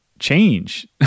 change